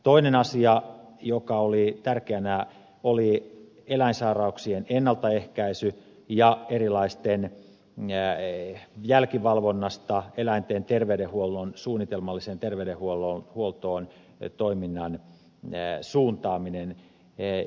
toinen asia joka oli tärkeä oli eläinsairauksien ennaltaehkäisy ja toiminnan suuntaaminen erilaisesta jälkivalvonnasta eläinten terveydenhuollon suunnitelmallisen terveydenhuollon huoltoon ei toimi näin terveydenhuoltoon suunnitelmalliseen terveydenhuoltoon